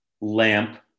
lamp